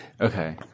Okay